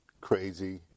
crazy